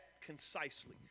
concisely